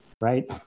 right